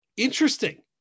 Interesting